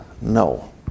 No